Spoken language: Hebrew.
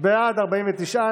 סיעת הליכוד,